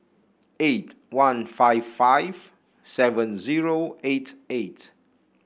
eight one five five seven zero eight eight